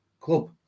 club